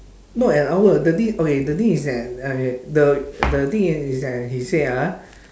not an hour the thing okay the thing is that okay the the thing is is that he said ah